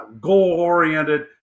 goal-oriented